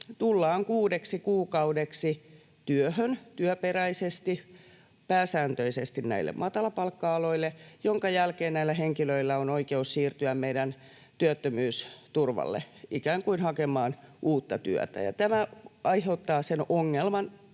tullaan kuudeksi kuukaudeksi työhön, työperäisesti, pääsääntöisesti näille matalapalkka-aloille, jonka jälkeen näillä henkilöillä on oikeus siirtyä meidän työttömyysturvalle ikään kuin hakemaan uutta työtä. Ja tämä aiheuttaa kaksi ongelmaa: